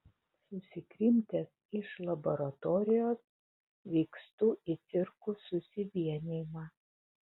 susikrimtęs iš laboratorijos vykstu į cirkų susivienijimą